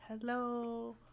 Hello